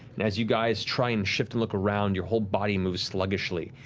and as you guys try and shift and look around, your whole body moves sluggishly.